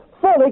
fully